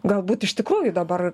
galbūt iš tikrųjų dabar